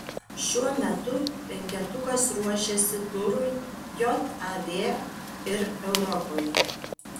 šiuo metu penketukas ruošiasi turui jav ir europoje